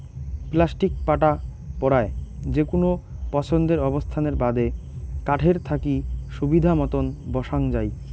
plastic পাটা পরায় যেকুনো পছন্দের অবস্থানের বাদে কাঠের থাকি সুবিধামতন বসাং যাই